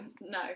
no